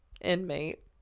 Inmate